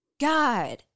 God